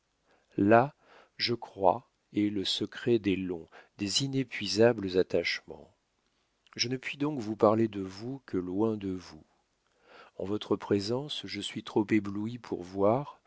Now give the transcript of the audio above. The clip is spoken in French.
là je crois est le secret des longs des inépuisables attachements je ne puis donc vous parler de vous que loin de vous en votre présence je suis trop ébloui pour voir